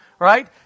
Right